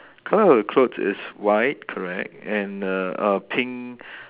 colour of the clothes is white correct and err err pink